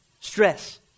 stress